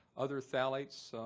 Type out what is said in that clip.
other phthalates,